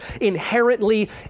inherently